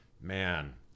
man